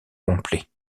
complet